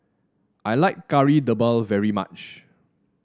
I like Kari Debal very much